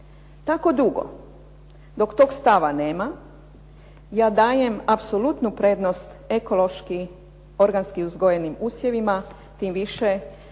Tako dugo dok toga stava nema, ja dajem apsolutnu prednost ekološki organskim uzgojenim usjevima, tim više